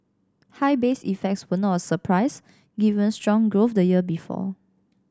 high base effects were not a surprise given strong growth the year before